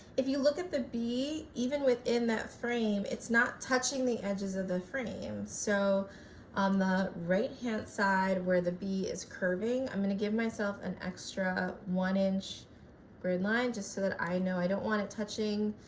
if you look at the b even within that frame it's not touching the edges of the frame. so on the right hand side where the b is curving i'm to and give myself an extra one inch grid line just so that i know i don't want it touching,